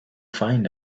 find